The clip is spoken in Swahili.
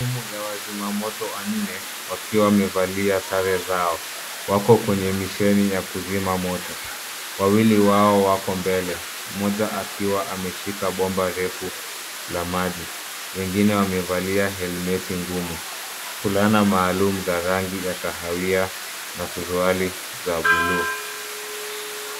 Timu ya wazima moto wanne wakiwa wamevalia sare zao wako kwenye misheni ya kuzima moto, wawili wao wako mbele moja akiwa ameshika bomba refu la maji wengine wamevalia helmet ngumu fulana maalum za rangi ya kahawia na suruali za buluu.